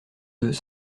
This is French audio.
deux